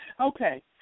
Okay